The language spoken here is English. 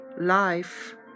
life